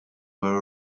were